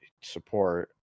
support